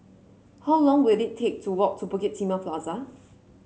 how long will it take to walk to Bukit Timah Plaza